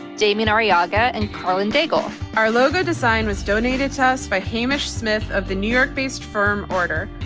damien ariaga, and carlon begel. our logo design was donated to us by hamish smith of the new york based firm order.